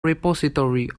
repository